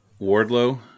Wardlow